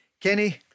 Kenny